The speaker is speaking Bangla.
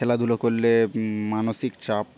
খেলাধুলো করলে মানসিক চাপ